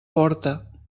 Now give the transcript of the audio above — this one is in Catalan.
porta